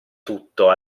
tutto